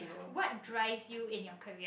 what drives you in your career